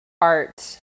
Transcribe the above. art